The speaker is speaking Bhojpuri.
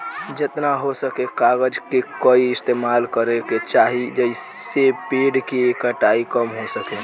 जेतना हो सके कागज के कम इस्तेमाल करे के चाही, जेइसे पेड़ के कटाई कम हो सके